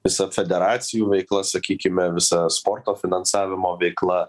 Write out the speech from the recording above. visa federacijų veikla sakykime visa sporto finansavimo veikla